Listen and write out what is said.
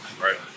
Right